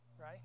right